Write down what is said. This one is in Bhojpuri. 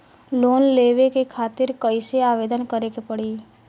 लोन लेवे खातिर कइसे आवेदन करें के पड़ी?